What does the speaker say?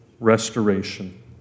restoration